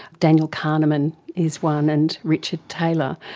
daniel kahneman is one, and richard thaler.